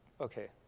Okay